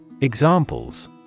Examples